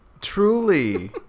Truly